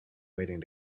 waiting